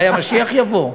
אולי המשיח יבוא.